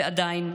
ועדיין,